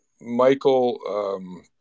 Michael